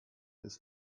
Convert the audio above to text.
ist